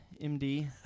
MD